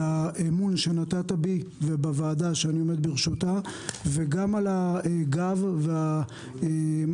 האמון שנתת בי ובוועדה שאני עומד בראשותה וגם על הגב ואפילו